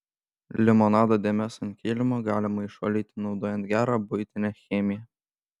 limonado dėmes ant kilimo galima išvalyti naudojant gerą buitinę chemiją